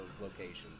locations